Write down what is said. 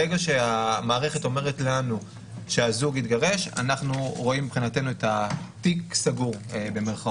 ברגע שהמערכת אומרת לנו שהזוג התגרש אנחנו רואים את התיק כסגור.